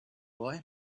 boy